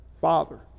Father